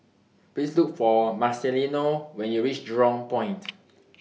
Please Look For Marcelino when YOU REACH Jurong Point